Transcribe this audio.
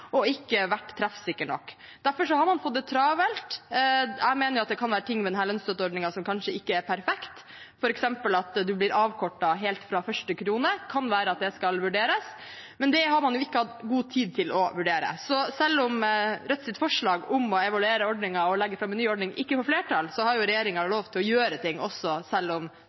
og ikke vært treffsikre nok. Derfor har man fått det travelt. Jeg mener at det kan være ting ved denne lønnsstøtteordningen som kanskje ikke er perfekt, f.eks. at man blir avkortet helt fra første krone. Det kan være at det skal vurderes, men det har man jo ikke hatt god tid til å vurdere. Selv om Rødts forslag om å evaluere ordningen og legge fram en ny ordning ikke får flertall, har jo regjeringen lov til å gjøre ting selv om